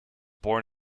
born